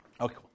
Okay